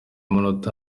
munota